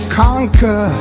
conquer